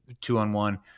two-on-one